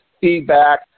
feedback